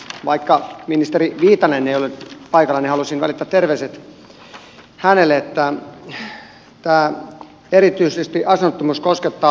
vaikka ministeri viitanen ei ole nyt paikalla haluaisin välittää terveiset hänelle että erityisesti asunnottomuus koskettaa uuttamaata